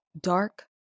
dark